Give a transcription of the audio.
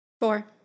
Four